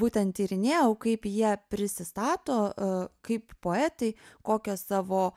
būtent tyrinėjau kaip jie prisistato kaip poetai kokias savo